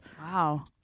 Wow